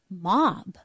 mob